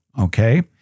okay